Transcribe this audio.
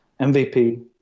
MVP